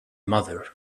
mother